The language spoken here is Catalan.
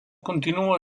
continua